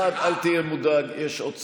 1. אל תהיה מודאג, יש עוד סיבוב,